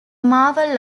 marvel